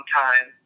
time